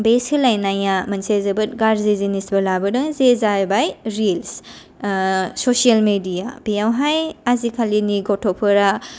बे सोलायनाया मोनसे जोबोद गाज्रि जिनिसबो लाबोदों जे जाबाय रिल्स चसियेल मेडिया बेयावहाय आजिखालिनि गथ'फोरा